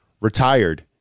retired